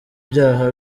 ibyaha